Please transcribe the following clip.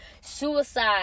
suicide